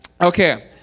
Okay